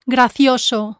Gracioso